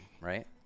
right